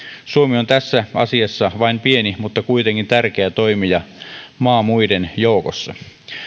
suomi on tässä asiassa vain pieni mutta kuitenkin tärkeä toimija maa muiden joukossa